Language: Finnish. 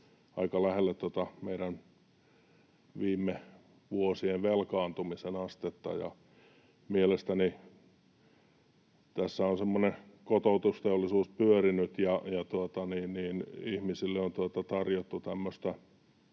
aika lähelle tätä meidän viime vuosien velkaantumisen astetta. Ja mielestäni tässä on semmoinen kotoutusteollisuus pyörinyt ja ihmisille on tarjottu